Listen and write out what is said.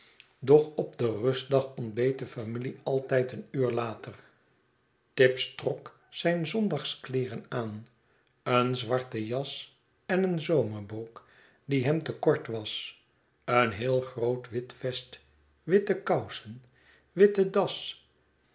doch op den rustdag ontbeet de familie altijd een uur later tibbs trok zijn zondagskleeren aan een zwarten jas en een zomerbroek die hem te kort was een heel groot wit vest witte kousen witte das